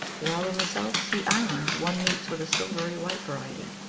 while in the south sea islands one meets with a silvery white variety,